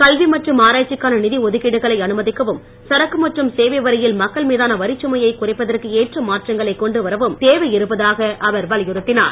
கல்வி மற்றும் ஆராய்ச்சிக்கான நிதி ஒதுக்கீடுகளை அனுமதிக்கவும் சரக்கு மற்றும் சேவை வரியில் மக்கள் மீதான வரிச்சுமையை குறைப்பதற்கேற்ற மாற்றங்களை கொண்டுவரவும் தேவை இருப்பதாக அவர் வலியுறுத்தினார்